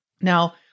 Now